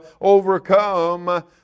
overcome